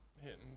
hitting